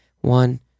one